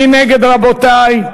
מי נגד, רבותי?